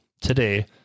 today